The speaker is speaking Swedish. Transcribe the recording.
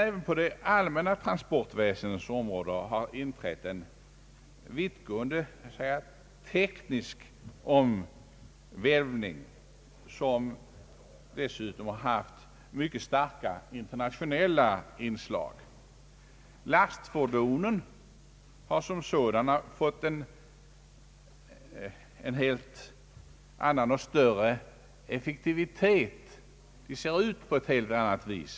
Även på det allmänna transportväsendets område har inträtt en vittgående teknisk omvälvning som dessutom har haft mycket starka internationella inslag. Lastfordonen har som sådana fått en helt annan och större effektivitet. De ser ut på ett helt annat sätt.